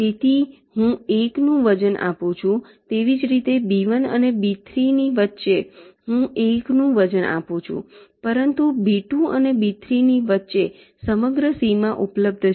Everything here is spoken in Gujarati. તેથી હું 1 નું વજન આપું છું તેવી જ રીતે B1 અને B3 ની વચ્ચે હું 1 નું વજન આપું છું પરંતુ B2 અને B3 ની વચ્ચે સમગ્ર સીમા ઉપલબ્ધ છે